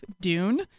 Dune